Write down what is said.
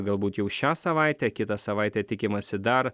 galbūt jau šią savaitę kitą savaitę tikimasi dar